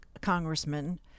congressman